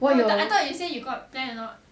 I thought you say you got plan a lot